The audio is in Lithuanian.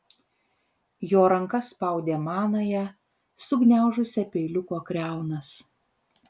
jo ranka spaudė manąją sugniaužusią peiliuko kriaunas